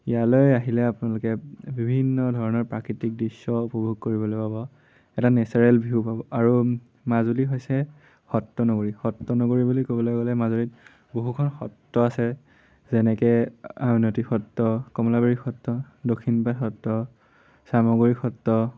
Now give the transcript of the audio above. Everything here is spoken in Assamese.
ইয়ালৈ আহিলে আপোনালোকে বিভিন্ন ধৰণৰ প্ৰাকৃতিক দৃশ্য উপভোগ কৰিবলৈ পাব এটা নেচাৰেল ভিউ পাব আৰু মাজুলী হৈছে সত্ৰ নগৰী সত্ৰ নগৰী বুলি ক'বলৈ গ'লে মাজুলীত বহুখন সত্ৰ আছে যেনেকে আউনীআটী সত্ৰ কমলাবাৰী সত্ৰ দক্ষিণপাট সত্ৰ চামগুৰি সত্ৰ